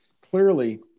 clearly